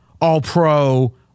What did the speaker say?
all-pro